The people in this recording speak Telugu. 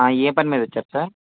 ఏ పని మీద వచ్చారు సార్